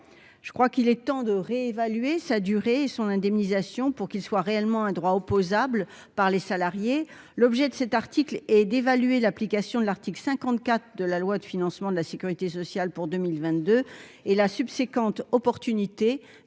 je crois qu'il est temps de réévaluer sa durée et son indemnisation pour qu'il soit réellement un droit opposable par les salariés, l'objet de cet article et d'évaluer l'application de l'article 54 de la loi de financement de la Sécurité sociale pour 2 1000 22 et la subséquente opportunité